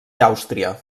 àustria